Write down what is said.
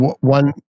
one